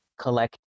collect